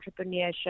entrepreneurship